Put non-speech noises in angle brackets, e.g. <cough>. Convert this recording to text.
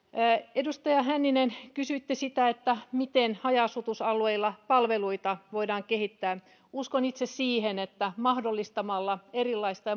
edustaja hänninen kysyitte sitä miten haja asutusalueilla palveluita voidaan kehittää uskon itse siihen että mahdollistamalla erilaista <unintelligible>